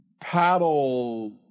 paddle